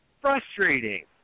frustrating